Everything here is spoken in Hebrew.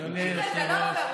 ביטן, זה לא פייר.